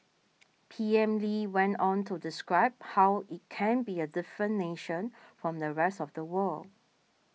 PM Lee went on to describe how it can be a different nation from the rest of the world